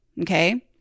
Okay